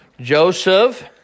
Joseph